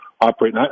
operate